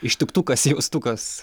ištiktukas jaustukas